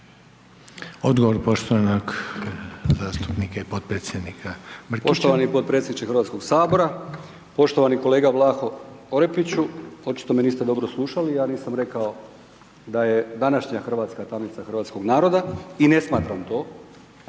Prva je poštovanog zastupnika i podpredsjednika